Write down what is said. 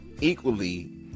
equally